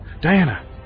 Diana